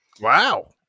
Wow